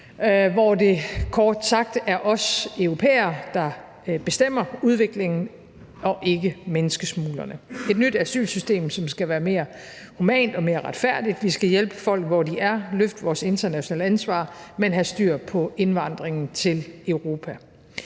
hvor det kort sagt er os europæere, der bestemmer udviklingen, og ikke menneskesmuglerne – et nyt asylsystem, som skal være mere humant og mere retfærdigt. Vi skal hjælpe folk, hvor de er, løfte vores internationale ansvar, men have styr på indvandringen til Europa.